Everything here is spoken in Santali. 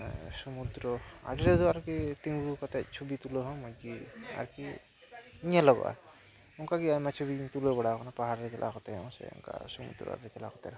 ᱥᱚᱢᱩᱫᱨᱚ ᱟᱹᱰᱤ ᱨᱮᱫᱚ ᱟᱨᱠᱤ ᱛᱤᱸᱜᱩ ᱠᱟᱛᱮᱫ ᱪᱷᱚᱵᱤ ᱛᱩᱞᱟᱹᱣ ᱦᱚᱸ ᱢᱚᱡᱽ ᱜᱮ ᱟᱨᱠᱤ ᱧᱮᱞᱚᱜᱚᱜᱼᱟ ᱚᱱᱠᱟ ᱜᱮ ᱟᱭᱢᱟ ᱪᱷᱚᱵᱤᱧ ᱛᱩᱞᱟᱹᱣ ᱵᱟᱲᱟ ᱟᱠᱟᱱᱟ ᱯᱟᱦᱟᱲ ᱨᱮ ᱪᱟᱞᱟᱣ ᱠᱟᱛᱮ ᱦᱚᱸ ᱥᱮ ᱚᱱᱠᱟ ᱥᱚᱢᱩᱫᱨᱚ ᱟᱨ ᱪᱟᱞᱟᱣ ᱠᱟᱛᱮᱫ ᱦᱚᱸ ᱥᱮ ᱚᱱᱠᱟ ᱥᱚᱢᱩᱫᱽᱨᱚ ᱟᱲᱮ ᱨᱮ ᱪᱟᱞᱟᱣ ᱠᱟᱛᱮ ᱨᱮᱚ